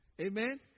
Amen